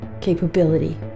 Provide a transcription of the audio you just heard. capability